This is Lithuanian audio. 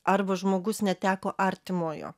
arba žmogus neteko artimojo